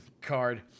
card